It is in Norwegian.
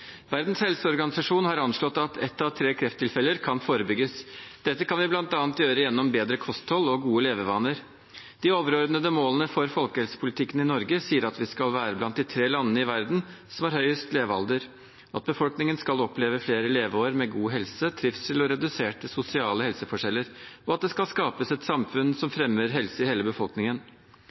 Verdens helseorganisasjon har anslått at ett av tre krefttilfeller kan forebygges. Dette kan vi bl.a. gjøre gjennom bedre kosthold og gode levevaner. De overordnede målene for folkehelsepolitikken i Norge sier at vi skal være blant de tre landene i verden som har høyest levealder, at befolkningen skal oppleve flere leveår med god helse, trivsel og reduserte sosiale helseforskjeller, og at det skal skapes et samfunn som fremmer helse i hele befolkningen.